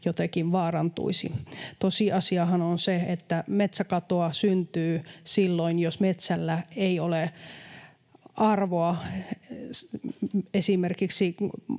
jotenkin vaarantuisi. Tosiasiahan on se, että metsäkatoa syntyy silloin, jos metsällä ei ole arvoa esimerkiksi